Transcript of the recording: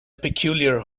peculiar